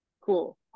Cool